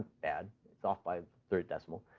bad. it's off by a third decimal.